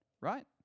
right